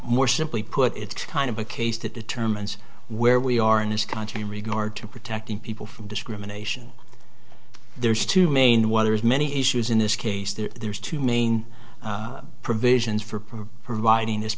more simply put it's kind of a case that determines where we are in this country in regard to protecting people from discrimination there's two main waters many issues in this case there's two main provisions for providing this